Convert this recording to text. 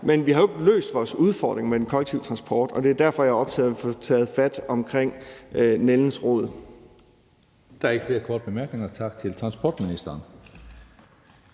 men vi har jo ikke løst vores udfordring med den kollektive transport, og det er derfor, jeg er optaget af at få taget fat om nældens rod.